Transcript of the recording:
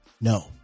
No